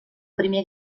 primer